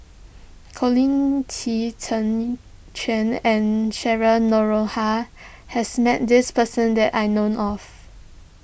Colin Qi Zhe Quan and Cheryl Noronha has met this person that I known of